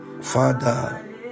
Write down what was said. Father